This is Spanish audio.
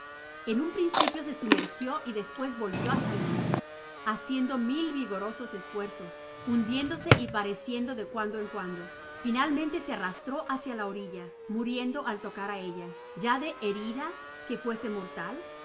en m principio se sumergió y despues volvió á salir haciendo mil vigorosos esfuerzos hundiéndose y pareciendo de cuando en cuando finalmente se arrastró hacia la orilla muriendo al tocar á ella ya de su herida que fuese mortal